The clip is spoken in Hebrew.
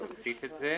צריך להוסיף את זה.